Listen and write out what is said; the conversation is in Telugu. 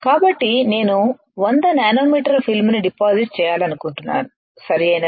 కాబట్టి నేను 100 నానోమీటర్ ఫిల్మ్ను డిపాజిట్ చేయాలనుకుంటున్నాను సరియైనదా